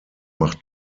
macht